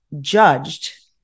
judged